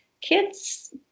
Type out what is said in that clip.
kids